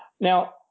Now